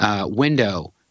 window